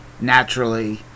naturally